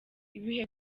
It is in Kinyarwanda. ibihe